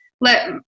let